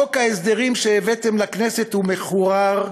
חוק ההסדרים שהבאתם לכנסת הוא מחורר,